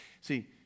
See